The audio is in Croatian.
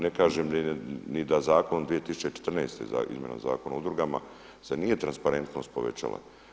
Ne kažem ni da zakon 2014. izmjena Zakona o udrugama se nije transparentnost povećala.